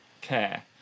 care